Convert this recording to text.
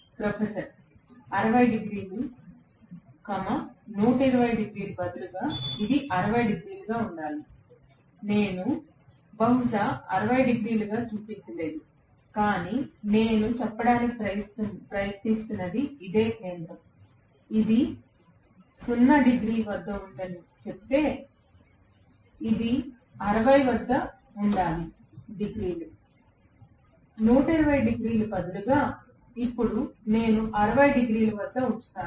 professor 60 డిగ్రీలు 120 కి బదులుగా ఇది 60 గా ఉండాలి నేను బహుశా 60 గా చూపించలేదు కాని నేను చెప్పడానికి ప్రయత్నిస్తున్నది ఇదే కేంద్రం ఇది 0 డిగ్రీ వద్ద ఉందని నేను చెబితే ఇది 60 వద్ద ఉండాలి డిగ్రీలు 120 డిగ్రీలకు బదులుగా ఇప్పుడు నేను 60 డిగ్రీల వద్ద ఉంచుతాను